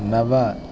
नव